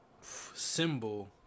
Symbol